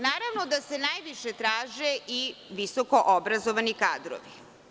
Naravno da se najviše traže i visokoobrazovani kadrovi.